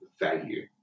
value